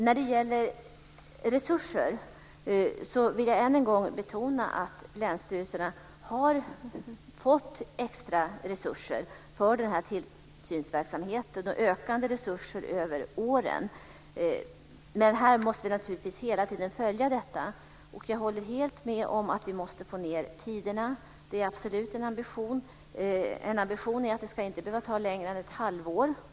När det gäller resurser vill jag än en gång betona att länsstyrelserna har fått extra resurser för den här tillsynsverksamheten och ökande resurser över åren. Men vi måste naturligtvis hela tiden följa detta. Jag håller helt med om att vi måste få ned tiderna - det är absolut en ambition. En ambition är att det inte ska behöva ta längre tid än ett halvår.